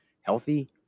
healthy